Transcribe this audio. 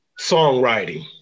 songwriting